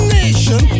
nation